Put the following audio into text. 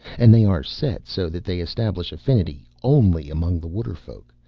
and they are set so that they establish affinity only among the waterfolk,